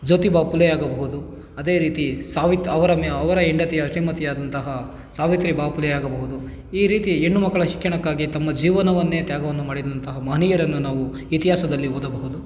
ಜ್ಯೋತಿ ಬಾಪುಲೆ ಆಗಬಹುದು ಅದೇ ರೀತಿ ಸಾವಿತ್ ಅವರ ಅವರ ಹೆಂಡತಿಯ ಶ್ರೀಮತಿಯಾದಂತಹ ಸಾವಿತ್ರಿ ಬಾಪುಲೆ ಆಗಬಹುದು ಈ ರೀತಿ ಹೆಣ್ಣುಮಕ್ಕಳ ಶಿಕ್ಷಣಕ್ಕಾಗಿ ತಮ್ಮ ಜೀವನವನ್ನೇ ತ್ಯಾಗವನ್ನು ಮಾಡಿದಂತಹ ಮಹನೀಯರನ್ನು ನಾವು ಇತಿಹಾಸದಲ್ಲಿ ಓದಬಹುದು